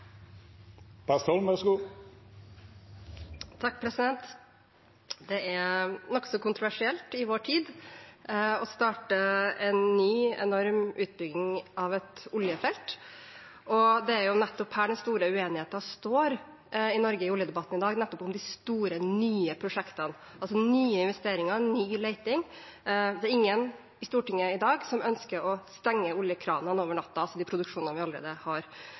Det er nokså kontroversielt i vår tid å starte en ny enorm utbygging av et oljefelt. Det er her den store uenigheten står i oljedebatten i Norge i dag – nettopp om de store, nye prosjektene, altså nye investeringer og ny leting. Det er ingen i Stortinget i dag som ønsker å stenge oljekranene, de produksjonene vi allerede har,